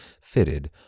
fitted